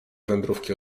wędrówki